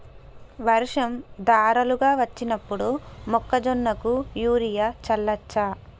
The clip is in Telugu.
వర్షం ధారలుగా వచ్చినప్పుడు మొక్కజొన్న కు యూరియా చల్లచ్చా?